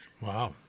wow